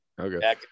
Okay